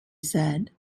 said